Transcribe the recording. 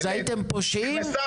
אז הייתם פושעים?